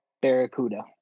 Barracuda